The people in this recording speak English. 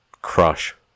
Crush